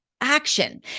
action